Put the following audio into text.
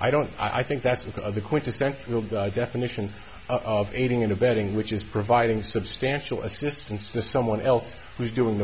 i don't i think that's one of the quintessential definition of aiding and abetting which is providing substantial assistance to someone else who's doing the